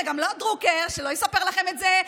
וגם דרוקר לא יספר לכם את זה.